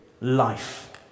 life